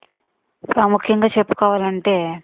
ప్రముఖంగా చెప్పుకోవాలంటే